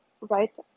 right